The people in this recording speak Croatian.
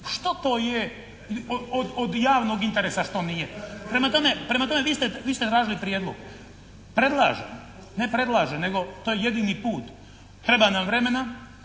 što to je od javnog interesa a što nije. Prema tome, vi ste radili prijedlog. Predlažem, ne predlažem nego to je jedini put. Treba nam vremena,